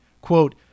Quote